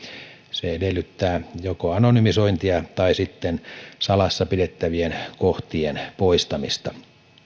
se edellyttää joko anonymisointia tai sitten salassa pidettävien kohtien poistamista